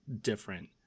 different